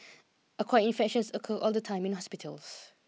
acquired infections occur all the time in hospitals